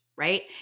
right